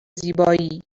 زیبایی